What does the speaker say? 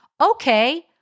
Okay